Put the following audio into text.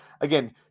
again